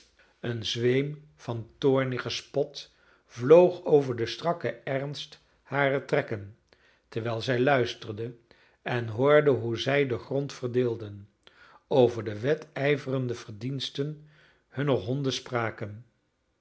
een zweem van toornigen spot vloog over den strakken ernst harer trekken terwijl zij luisterde en hoorde hoe zij den grond verdeelden over de wedijverende verdiensten hunner honden spraken